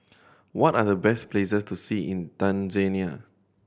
what are the best places to see in Tanzania